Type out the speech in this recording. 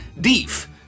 deef